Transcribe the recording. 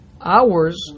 hours